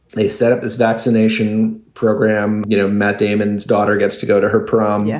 they set up this vaccination program. you know, matt damon's daughter gets to go to her prom, yeah